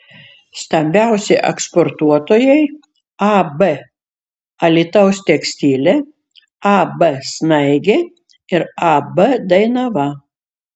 stambiausi eksportuotojai ab alytaus tekstilė ab snaigė ir ab dainava